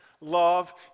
love